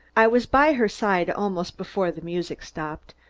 i was by her side, almost before the music stopped,